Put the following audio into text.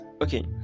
okay